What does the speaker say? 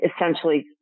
essentially